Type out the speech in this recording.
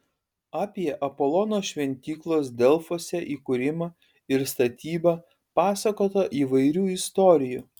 apie apolono šventyklos delfuose įkūrimą ir statybą pasakota įvairių istorijų